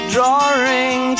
Drawing